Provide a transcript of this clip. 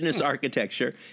architecture